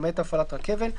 למעט הפעלת רכבל,